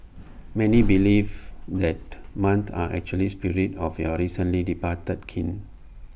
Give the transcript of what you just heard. many believe that moths are actually spirits of your recently departed kin